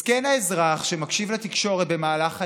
מסכן האזרח שמקשיב לתקשורת במהלך היום,